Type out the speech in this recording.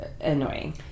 annoying